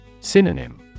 Synonym